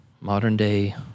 modern-day